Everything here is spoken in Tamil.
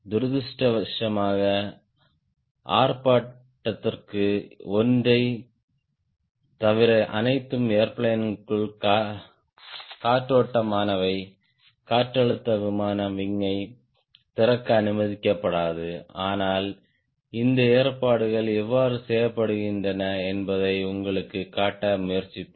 துரதிர்ஷ்டவசமாக ஆர்ப்பாட்டத்திற்கு ஒன்றைத் தவிர அனைத்து ஏர்பிளேன்ங்களும் காற்றோட்டமானவை காற்றழுத்த விமானம் விங்யைத் திறக்க அனுமதிக்கப்படாது ஆனால் இந்த ஏற்பாடுகள் எவ்வாறு செய்யப்படுகின்றன என்பதை உங்களுக்குக் காட்ட முயற்சிப்போம்